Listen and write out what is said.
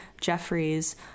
Jeffries